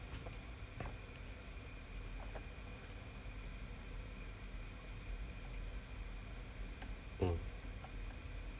mm